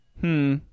Hmm